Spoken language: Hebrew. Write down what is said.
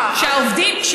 מס על עובדים.